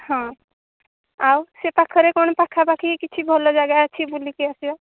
ହଁ ଆଉ ସେ ପାଖରେ କ'ଣ ପାଖାପାଖି କିଛି ଭଲ ଜାଗା ଅଛି ବୁଲିକି ଆସିବା